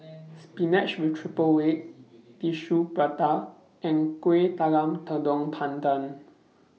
Spinach with Triple Egg Tissue Prata and Kueh Talam Tepong Pandan